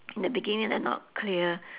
the beginning like not clear